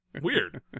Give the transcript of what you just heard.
weird